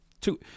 Two